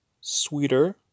sweeter